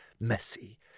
messy